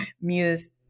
Muse